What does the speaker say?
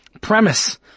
premise